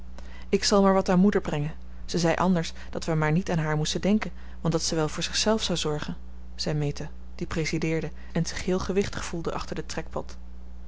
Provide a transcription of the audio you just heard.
ik zal maar wat aan moeder brengen ze zei anders dat wij maar niet aan haar moesten denken want dat ze wel voor zichzelf zou zorgen zei meta die presideerde en zich heel gewichtig voelde achter den trekpot